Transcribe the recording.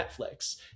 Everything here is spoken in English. Netflix